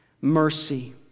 Mercy